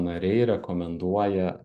nariai rekomenduoja